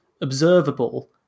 observable